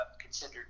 considered